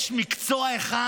יש מקצוע אחד